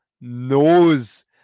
knows